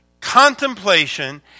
contemplation